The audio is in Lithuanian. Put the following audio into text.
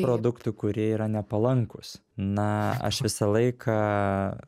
produktų kurie yra nepalankūs na aš visą laiką